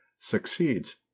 succeeds